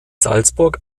salzburg